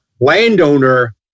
landowner